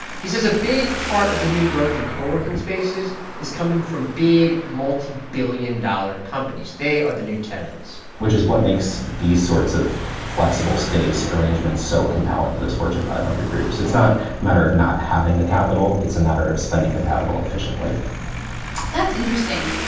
he says a big part of the new growth in coworking spaces is coming from big, multi-billion-dollar companies. they are the new tenants which is what makes these sorts of flexible space arrangements so compelling to those fortune five hundred groups. it's not a matter of not having the capital. it's a matter of spending the capital efficiently that's interesting.